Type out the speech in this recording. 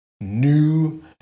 new